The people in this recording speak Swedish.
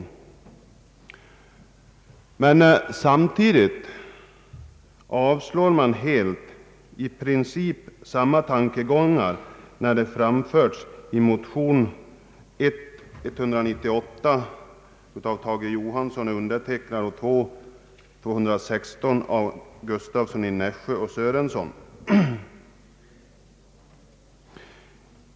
Samtidigt avslår utskottet helt i princip samma tankegångar när de framförs i motionsparet I:198 av herr Tage Johansson och mig själv och II: 216 av herrar Gustavsson i Nässjö och Sörenson.